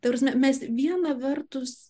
ta prasme mes viena vertus